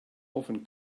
often